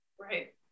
Right